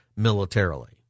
militarily